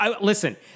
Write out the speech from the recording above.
Listen